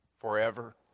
forever